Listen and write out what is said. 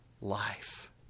life